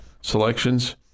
Selections